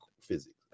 physics